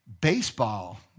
baseball